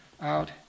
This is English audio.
out